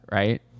right